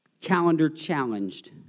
calendar-challenged